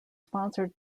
sponsored